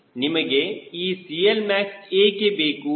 ನಿಮಗೆ ಈ CLmax ಏಕೆ ಬೇಕು